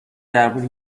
درباره